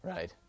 Right